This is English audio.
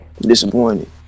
disappointed